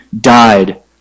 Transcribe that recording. died